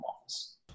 office